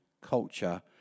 culture